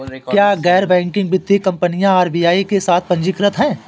क्या गैर बैंकिंग वित्तीय कंपनियां आर.बी.आई के साथ पंजीकृत हैं?